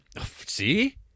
See